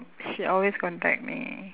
she always contact me